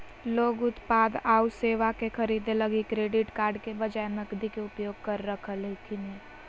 लोग उत्पाद आऊ सेवा के खरीदे लगी क्रेडिट कार्ड के बजाए नकदी के उपयोग कर रहलखिन हें